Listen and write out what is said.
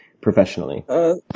professionally